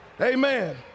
amen